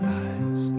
eyes